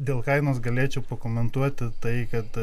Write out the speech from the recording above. dėl kainos galėčiau pakomentuoti tai kad